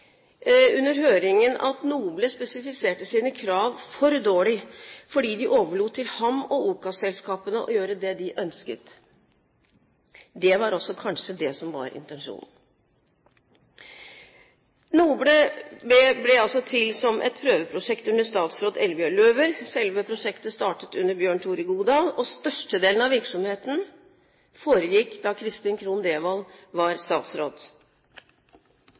under høringen at NOBLE spesifiserte sine krav for dårlig, fordi de overlot til ham og OCAS-selskapene å gjøre det de ønsket. Det var også kanskje det som var intensjonen. NOBLE ble altså til som et prøveprosjekt under statsråd Eldbjørg Løwer. Selve prosjektet startet under Bjørn Tore Godal, og størstedelen av virksomheten foregikk da Kristin Krohn Devold var statsråd